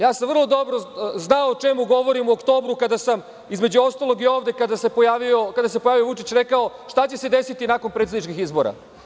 Ja sam vrlo dobro znao o čemu govorim u oktobru, između ostalog i ovde, kada se pojavio Vučić i rekao šta će se desiti nakon predsedničkih izbora.